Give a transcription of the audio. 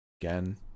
Again